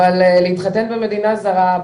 אבל להתחתן במדינה זרה,